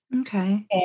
Okay